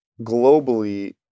globally